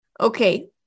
Okay